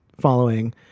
following